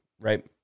right